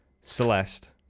celeste